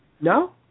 No